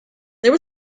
there